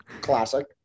classic